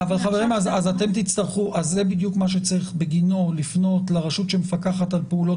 זה בדיוק מה שצריך בגינו לפנות לרשות שמפקחת על פעולות